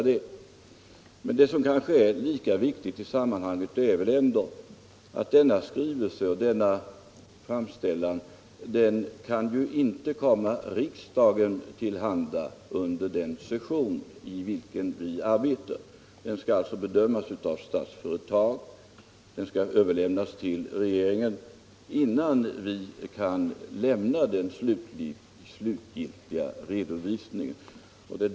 Det som också är viktigt i sammanhanget är att denna skrivelse och denna framställning inte kan komma riksdagen till handa under denna session. Saken skall först bedömas av Statsföretag och överlämnas till regeringen innan vi kan lämna den slutgiltiga redovisningen.